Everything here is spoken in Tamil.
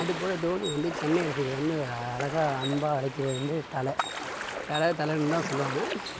அதுபோல தோனி வந்து சென்னை ரசிகர்கள் வந்து அழகாக அன்பாக அழைக்கிறது வந்து தலை தலை தலைன்னு தான் சொல்லுவாங்க